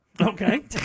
Okay